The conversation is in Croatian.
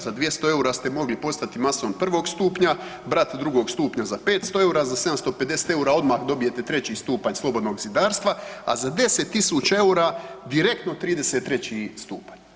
Za 200 EUR-a ste mogli postati mason prvog stupnja, brat drugog stupnja za 500 EUR-a, za 750 EUR-a odmah dobijete treći stupanj slobodnog zidarstva, a za 10.000 EUR-a direktno 33 stupanj.